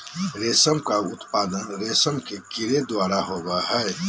रेशम का उत्पादन रेशम के कीड़े द्वारा होबो हइ